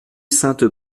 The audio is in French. sainte